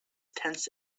tense